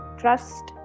trust